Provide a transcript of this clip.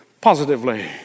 positively